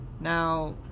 Now